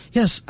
Yes